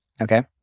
Okay